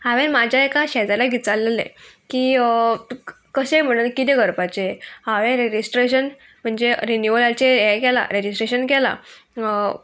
हांवें म्हाज्या एका शेजाऱ्याक विचारलेलें की कशें म्हणून किदें करपाचें हांवें रेजिस्ट्रेशन म्हणजे रिन्यूलाचेर हें केलां रेजिस्ट्रेशन केलां